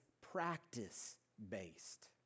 practice-based